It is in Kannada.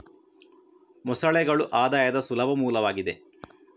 ಮೊಸಳೆಗಳು ಆದಾಯದ ಸುಲಭ ಮೂಲವಾಗಿದೆ